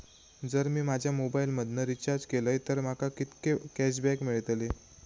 जर मी माझ्या मोबाईल मधन रिचार्ज केलय तर माका कितके कॅशबॅक मेळतले?